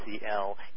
CL